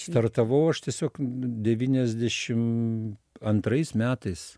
startavau aš tiesiog nu devyniasdešim antrais metais